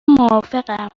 موافقم